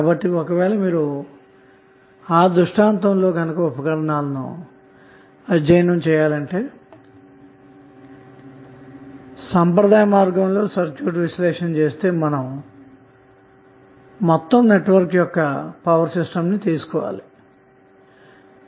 కాబట్టి ఒకవేళ మీరు ఆ దృష్టాంతంలో ఉపకరణాలను అధ్యయనంచేయాలంటే సంప్రదాయ మార్గంలో సర్క్యూట్ విశ్లేషణ చేస్తే మనం పూర్తి నెట్వర్క్ యొక్క పవర్ సిస్టమ్ తీసుకోవాలి అన్న మాట